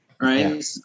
right